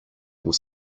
was